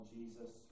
Jesus